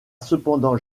cependant